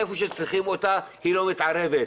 איפה שצריכים אותה היא לא מתערבת.